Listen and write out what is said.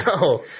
No